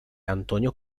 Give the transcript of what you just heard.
antonio